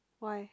why